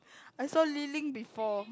I saw Li Ling before